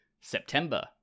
September